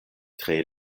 tre